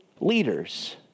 leaders